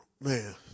man